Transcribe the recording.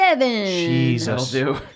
Jesus